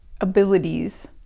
abilities